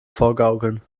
vorgaukeln